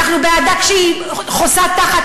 אנחנו בעדה כשהיא חוסה תחת